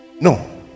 No